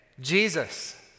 Jesus